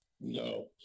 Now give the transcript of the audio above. No